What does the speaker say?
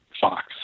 Fox